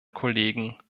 kollegen